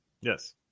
Yes